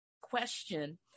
question